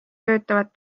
töötavad